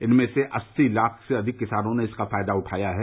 इनमें से अस्सी लाख से अधिक किसानों ने इसका फायदा उठाया है